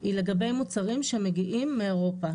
היא לגבי מוצרים שמגיעים מאירופה,